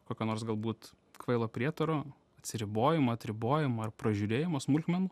kokio nors galbūt kvailo prietaro atsiribojimo atribojimo ar pražiūrėjimo smulkmenų